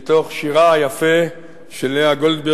את הבית השלישי מתוך שירה היפה של לאה גולדברג,